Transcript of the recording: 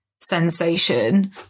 sensation